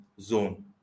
zone